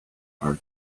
are